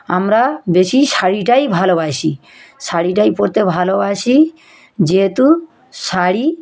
আমরা বেশি শাড়িটাই ভালোবাসি শাড়িটাই পরতে ভালোবাসি যেহেতু শাড়ি